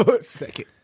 second